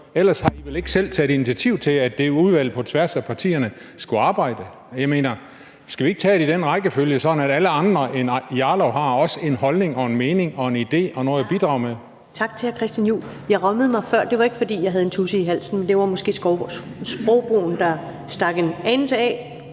Ellers har I vel ikke selv taget initiativ til, at det udvalg på tværs af partierne skulle arbejde. Jeg mener: Skal vi ikke tage det i den rækkefølge, sådan at alle andre end Rasmus Jarlov også har en holdning og en mening og en idé og noget at bidrage med? Kl. 15:53 Første næstformand (Karen Ellemann): Tak til hr. Christian Juhl. Jeg rømmede mig før, og det var ikke, fordi jeg havde en tudse i halsen, men det var måske sprogbrugen, der stak en anelse af